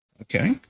Okay